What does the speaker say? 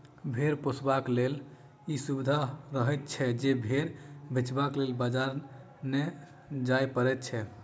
भेंड़ पोसयबलाक लेल ई सुविधा रहैत छै जे भेंड़ बेचबाक लेल बाजार नै जाय पड़ैत छै